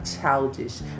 childish